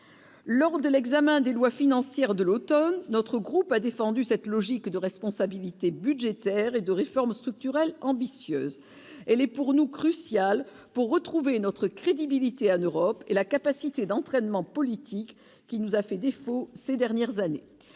lors de l'examen des lois financière de l'Automne, notre groupe a défendu cette logique de responsabilité budgétaire et de réformes structurelles ambitieuses, elle est pour nous, crucial pour retrouver notre crédibilité Anne Europe et la capacité d'entraînement politique qui nous a fait défaut ces dernières années